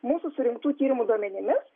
mūsų surinktų tyrimų duomenimis